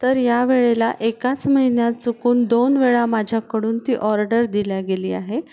तर या वेळेला एकाच महिन्यात चुकून दोन वेळा माझ्याकडून ती ऑर्डर दिली गेली आहे